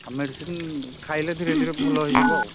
ଆଉ ମେଡ଼ିସିନ୍ ଖାଇଲେ ଧୀରେ ଧୀରେ ଭଲ ହେଇଯିବ ଆଉ